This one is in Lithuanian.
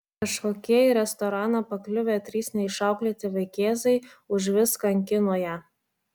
kažkokie į restoraną pakliuvę trys neišauklėti vaikėzai užvis kankino ją